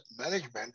management